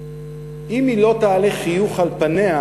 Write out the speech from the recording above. אם היא לא תעלה חיוך על פניה,